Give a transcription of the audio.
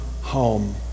home